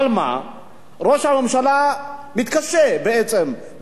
ראש הממשלה מתקשה, בעצם בעיקר שר האוצר.